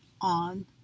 on